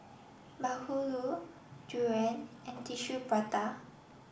Bahulu durian and Tissue Prata